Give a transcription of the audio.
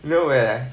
no leh